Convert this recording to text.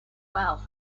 well